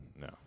no